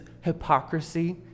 hypocrisy